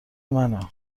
منه